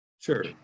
Sure